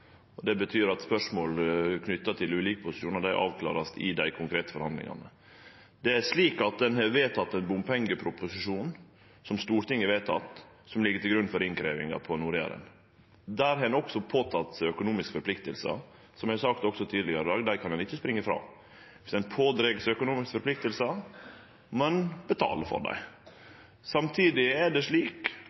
Det betyr at spørsmål om ulike posisjonar vert avklarte i dei konkrete forhandlingane. Det er slik at Stortinget har vedteke ein bompengeproposisjon som ligg til grunn for innkrevjinga på Nord-Jæren. Der har ein også teke på seg økonomiske forpliktingar, og som eg har sagt tidlegare i dag, kan ein ikkje springe ifrå dei. Dersom ein tek på seg økonomiske forpliktingar, må ein betale for dei. Samtidig er det slik